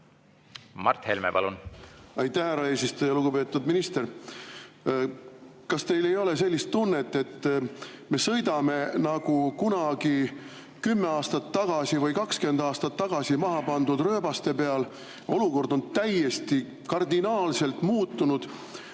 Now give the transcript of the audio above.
Mart Helme, palun! Aitäh, härra eesistuja! Lugupeetud minister! Kas teil ei ole sellist tunnet, et me sõidame nagu kunagi 10 aastat tagasi või 20 aastat tagasi maha pandud rööbaste peal? Olukord on täiesti kardinaalselt muutunud,